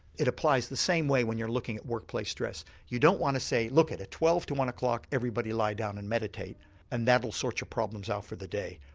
it applies the same way when you're looking at workplace stress, you don't want to say look at it, at twelve to one o'clock everybody lie down and meditate and that will sort your problems out for the day.